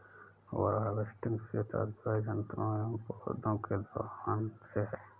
over harvesting से तात्पर्य जंतुओं एंव पौधौं के दोहन से है